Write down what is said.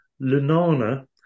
lunana